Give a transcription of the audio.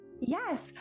Yes